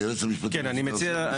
היועץ המשפטי, בבקשה.